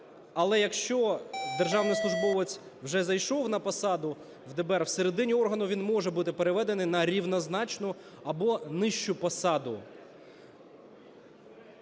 Але якщо державний службовець вже зайшов на посаду в ДБР, всередині органу він може бути переведений на рівнозначну або нижчу посаду.